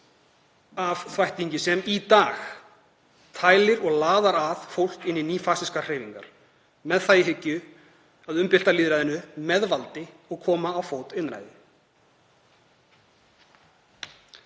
af þvættingi sem í dag tælir og laðar fólk að nýfasískum hreyfingum með það í hyggju að umbylta lýðræðinu með valdi og koma á fót einræði.